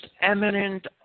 eminent